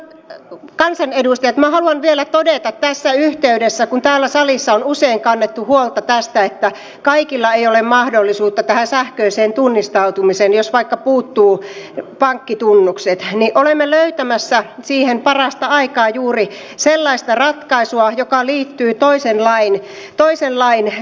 hyvät kansanedustajat minä haluan vielä todeta tässä yhteydessä kun täällä salissa on usein kannettu huolta tästä että kaikilla ei ole mahdollisuutta tähän sähköiseen tunnistautumiseen jos vaikka puuttuvat pankkitunnukset että olemme löytämässä siihen parastaikaa juuri sellaista ratkaisua joka liittyy toisen lain tekemiseen